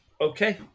Okay